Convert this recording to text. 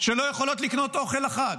לא יכולות לקנות אוכל לחג.